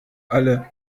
alle